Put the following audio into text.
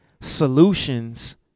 solutions